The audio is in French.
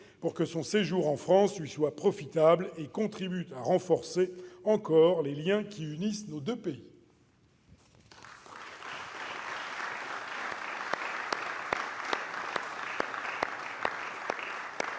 pour que son séjour en France lui soit profitable et contribue à renforcer encore les liens qui unissent nos deux pays.